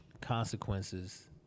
consequences